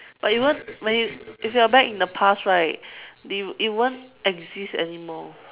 but you want but you if you're back in the past right the it won't exist anymore